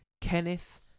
Kenneth